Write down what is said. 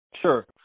Sure